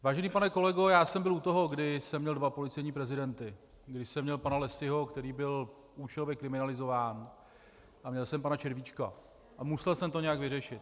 Vážený pane kolego, já jsem byl u toho, kdy jsem měl dva policejní prezidenty, kdy jsem měl pana Lessyho, který byl účelově kriminalizován, a měl jsem pana Červíčka, a musel jsem to nějak vyřešit.